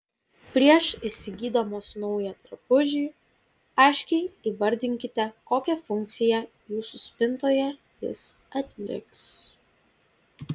prieš įsigydamos naują drabužį aiškiai įvardinkite kokią funkciją jūsų spintoje jis atliks